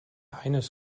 eines